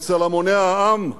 אצל המוני העם,